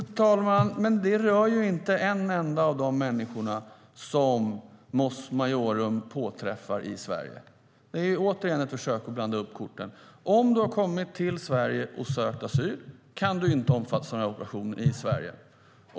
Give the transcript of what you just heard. Fru talman! Men det rör ju inte en enda av de människor som Mos Maiorum påträffar i Sverige. Det är återigen ett försök att blanda bort korten. Om du har kommit till Sverige och har sökt asyl kan du inte omfattas av den här operationen i Sverige.